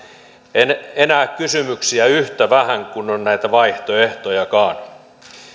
kysymyksiä enää yhtä vähän kuin on näitä vaihtoehtojakaan